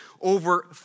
over